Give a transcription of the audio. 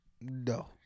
No